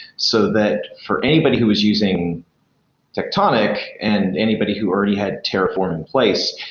so that for anybody who is using tectonic and anybody who already had terraform in place,